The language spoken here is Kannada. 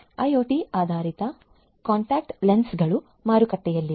ಐಒಟಿ ಆಧಾರಿತ ಕಾಂಟ್ಯಾಕ್ಟ್ ಲೆನ್ಸ್ಗಳು ಮಾರುಕಟ್ಟೆಯಲ್ಲಿವೆ